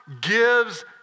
gives